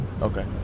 Okay